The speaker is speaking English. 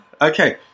Okay